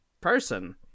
person